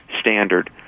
standard